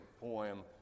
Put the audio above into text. poem